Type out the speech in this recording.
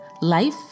life